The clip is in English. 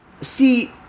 See